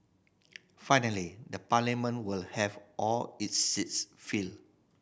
finally the Parliament will have all its seats filled